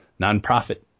nonprofit